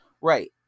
Right